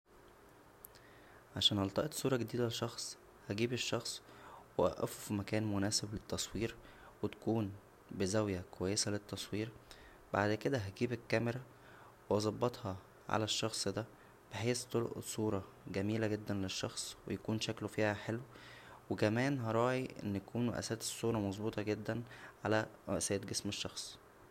عشان التقط صوره جديده لشخص هجيب الشخص واوقفه فمكان مناسب للتصوير و تكون بزاويه كويسه للتصوير بعد كدا هجيب الكاميرا وابطها على الشخص دا بحيث تلقط صوره جميله جدا للشخص و يكون شكله فيها حلو وكمان هراعى ان يكون مقاسات الصوره مظبوطه جدا على مقاسات جسم الشخص